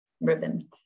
ribbon